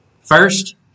First